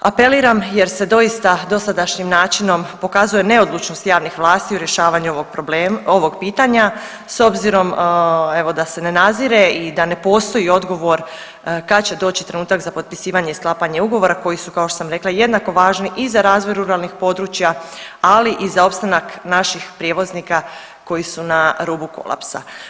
Apeliram jer se doista dosadašnjim načinom pokazuje neodlučnost javnih vlasti u rješavanju ovog problema, ovog pitanja, s obzirom evo, da se ne nazire i da ne postoji odgovor kad će doći trenutak za potpisivanje i sklapanje ugovora koji su, kao što sam rekla jednako važni i za razvoj ruralnih područja, ali i za opstanak naših prijevoznika koji su na rubu kolapsa.